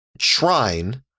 shrine